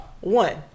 one